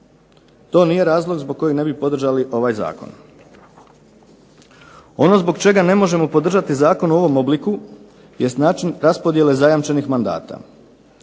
to nije razlog zbog kojeg ne bi podržali ovaj zakon. Ono zbog čega ne možemo podržati zakon u ovom obliku jest način raspodjele zajamčenih mandata.